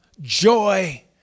joy